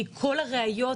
כי כל הראיות